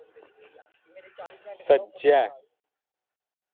सज्जै